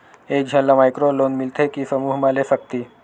एक झन ला माइक्रो लोन मिलथे कि समूह मा ले सकती?